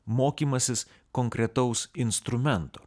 mokymasis konkretaus instrumento